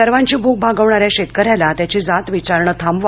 सर्वांची भूक भागवणाऱ्या शेतकऱ्याला त्याची जात विचारणे थांबवा